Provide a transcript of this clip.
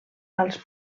als